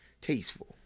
tasteful